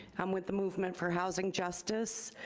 i'm with the movement for housing justice,